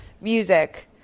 Music